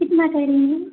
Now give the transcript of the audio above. कितना करेंगी